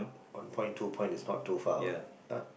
one point two point is not too far what